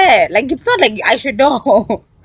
like it's not like I should know